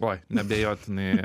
oi abejotinai